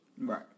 Right